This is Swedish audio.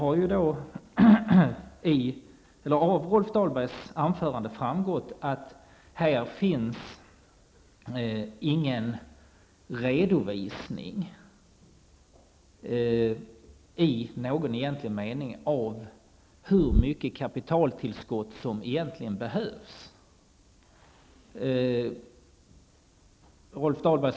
Av Rolf Dahlbergs anförande har framgått att det inte föreligger någon redovisning i egentlig mening av hur stort kapitaltillskott som egentligen behövs i Nordbanken.